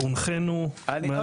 קיבלנו הנחיה מהשר,